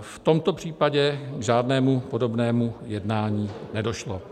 V tomto případě k žádnému podobnému jednání nedošlo,